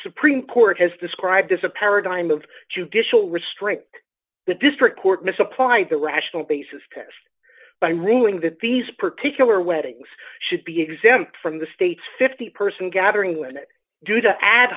supreme court has described as a paradigm of judicial restrict the district court misapplied the rational basis test by ruling that these particular weddings should be exempt from the state's fifty person gathering and due to ad